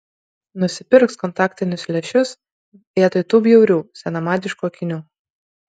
nusipirks kontaktinius lęšius vietoj tų bjaurių senamadiškų akinių